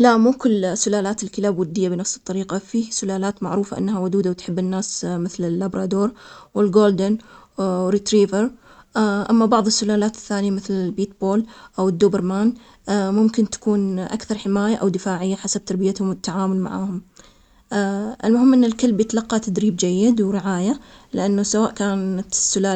مو كل سلالات الكلاب ودية بنفس الطريقة, بعض هاي السلالات مثل ال بيجل أو اللابرادو, عادة تكون ودية واجتماعية, بينما سلالات ثانية, مثل بعض الكلاب الحارسة, ممكن تكون أكثر حذر, طبيعة الكلب بتعتمد على تربيته, تجربته, فالتفاعل الإجتماعي والتدريب,